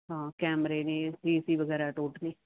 ਹਾਂ ਕੈਮਰੇ ਨੇ ਏਸੀ ਏਸੀ ਵਗੈਰਾ ਹੈ ਟੋਟਲੀ